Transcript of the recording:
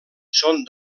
són